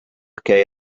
que